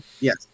Yes